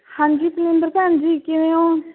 ਹਾਂਜੀ ਪ੍ਰੀਇੰਦਰ ਭੈਣ ਜੀ ਕਿਵੇਂ ਓਂ